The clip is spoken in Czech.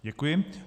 Děkuji.